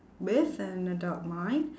with an adult mind